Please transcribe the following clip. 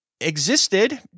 existed